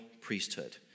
priesthood